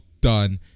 done